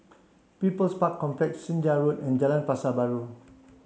People's Park Complex Senja Road and Jalan Pasar Baru